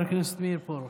תודה, חבר הכנסת מאיר פרוש.